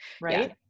Right